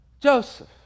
Joseph